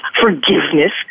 forgiveness